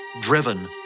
driven